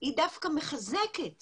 היא דווקא מחזקת